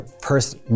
first